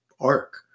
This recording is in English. arc